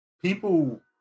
people